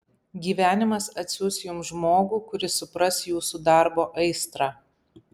gyvenimas atsiųs jums žmogų kuris supras jūsų darbo aistrą